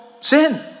sin